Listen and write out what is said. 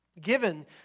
given